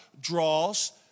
Draws